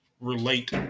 relate